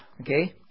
Okay